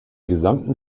gesamten